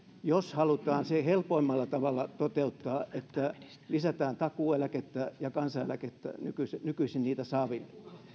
jos halutaan toteuttaa se helpoimmalla tavalla että lisätään takuueläkettä ja kansaneläkettä nykyisin nykyisin niitä saaville